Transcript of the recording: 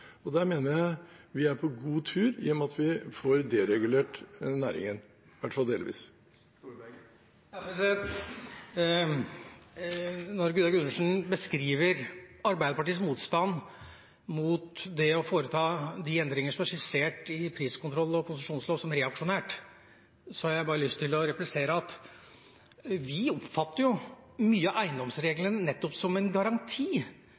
og der mener jeg vi er på god tur i og med at vi får deregulert næringen, i hvert fall delvis. Når Gunnar Gundersen beskriver Arbeiderpartiets motstand mot å foreta de endringer som er skissert innenfor priskontroll og konsesjonsloven, som reaksjonært, har jeg bare lyst til å replisere at vi oppfatter mange av eiendomsreglene nettopp som en garanti